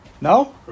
No